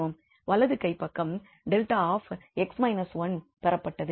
வலது கைப் பக்கம் 𝛿𝑥 − 1 பெறப்பட்டது